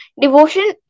Devotion